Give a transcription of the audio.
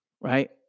right